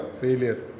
failure